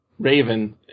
Raven